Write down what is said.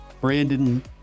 Brandon